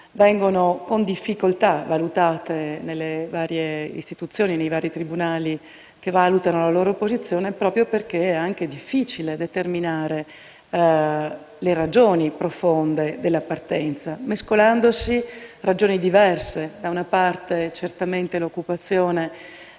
valutate con difficoltà nelle varie istituzioni e nei vari tribunali chiamati a vagliare quelle posizioni, proprio perché è difficile determinare le ragioni profonde della partenza, mescolandosi ragioni diverse. Da una parte certamente c'è l'occupazione